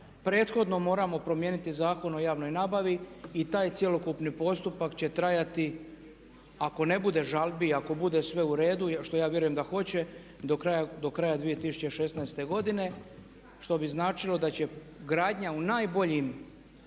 Prethodno moramo promijeniti Zakon o javnoj nabavi i taj cjelokupni postupak će trajati ako ne bude žalbi i ako bude sve u redu, što ja vjerujem da hoće do kraja 2016. godine što bi značilo da će gradnja u najboljim